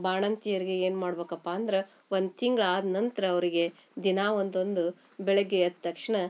ಬಾಣಂತಿಯರಿಗೆ ಏನು ಮಾಡ್ಬೇಕಪ್ಪ ಅಂದ್ರೆ ಒಂದು ತಿಂಗ್ಳು ಆದ ನಂತರ ಅವರಿಗೆ ದಿನಾ ಒಂದೊಂದು ಬೆಳಿಗ್ಗೆ ಎದ್ದ ತಕ್ಷಣ